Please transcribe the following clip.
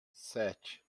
sete